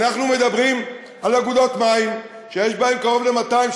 אנחנו מדברים על אגודות מים שיש בהן קרוב ל-200,